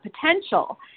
potential